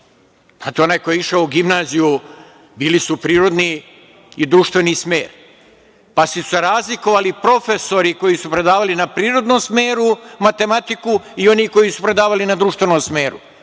Neko je išao u gimnaziju, bili su prirodni i društveni smer, pa su se razlikovali profesori koji su predavali na prirodnom smeru Matematiku i oni koji su predavali na društvenom smeru